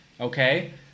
okay